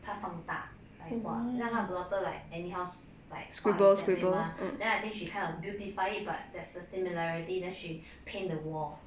她放大来画好像她的 daughter like anyhow like 画一下对吗 then I think she kind of beautified it but there's a similarity then she paint the wall